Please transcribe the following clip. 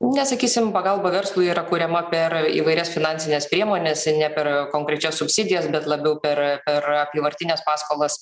nesakysim pagalba verslui yra kuriama per įvairias finansines priemones ne per konkrečias subsidijas bet labiau per per apyvartines paskolas